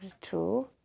two